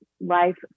life